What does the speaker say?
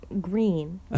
Green